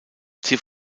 sie